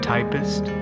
Typist